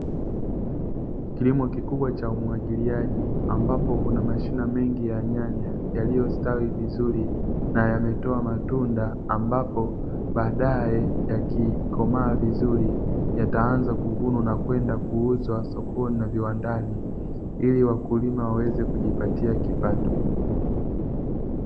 Kilimo kikubwa cha umwagiliaji ambapo kuna mashina mengi ya nyanya yaliyostawi vizuri na yametoa matunda, ambapo baadaye yakikomaa vizuri, yataanza kuvunwa na kwenda kuuzwa sokoni na viwandani ili wakulima waweze kujipatia kipato.